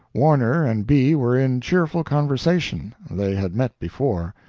warner and b. were in cheerful conversation. they had met before.